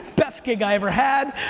best gig i ever had,